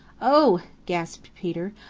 oh! gasped peter.